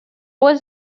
was